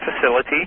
facility